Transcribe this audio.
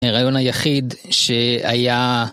הרעיון היחיד שהיה